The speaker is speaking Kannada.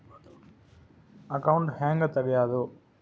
ಅಕೌಂಟ್ ಹ್ಯಾಂಗ ತೆಗ್ಯಾದು?